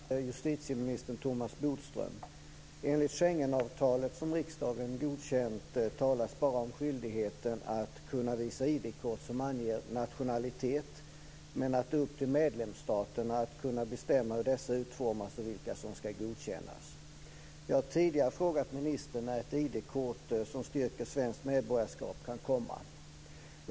Fru talman! Jag har en fråga till justitieminister Thomas Bodström. I Schengenavtalet, som riksdagen godkänt, talas bara om skyldigheten att kunna visa ID-kort som anger nationalitet, men det är upp till medlemsstaterna att bestämma hur dessa utformas och vilka som ska godkännas. Jag har tidigare frågat ministern när ett ID-kort som styrker svenskt medborgarskap kan komma.